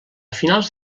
finals